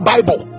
Bible